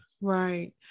right